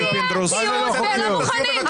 גלעד, אתה לא ברשות דיבור.